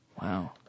Wow